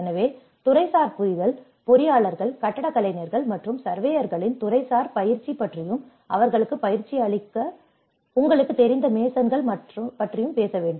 எனவே துறைசார் புரிதல் பொறியாளர்கள் கட்டடக் கலைஞர்கள் மற்றும் சர்வேயர்களின் துறைசார் பயிற்சி பற்றியும் அவர்களுக்குப் பயிற்சி அளிக்க உங்களுக்குத் தெரிந்த மேசன்கள் பற்றியும் பேச வேண்டும்